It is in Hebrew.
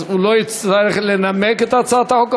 אז הוא לא יצטרך לנמק את הצעת החוק,